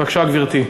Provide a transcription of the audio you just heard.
בבקשה, גברתי.